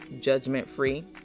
judgment-free